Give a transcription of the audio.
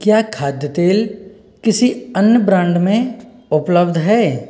क्या खाद्य तेल किसी अन्य ब्रांड में उपलब्ध है